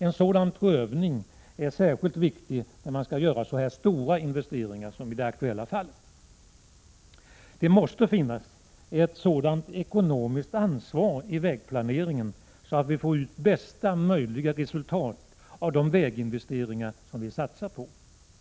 En sådan prövning är särskilt viktig när så stora investeringar skall göras som i det aktuella fallet. Det ekonomiska ansvaret i fråga om vägplaneringen måste vara sådant att de väginvesteringar som vi satsar på ger bästa möjliga resultat.